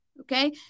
okay